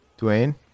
Dwayne